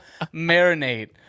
marinate